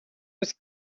was